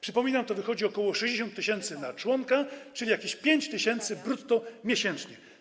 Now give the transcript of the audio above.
Przypominam, że wychodzi ok. 60 tys. na członka, czyli jakieś 5 tys. brutto miesięcznie.